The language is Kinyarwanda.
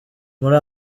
muri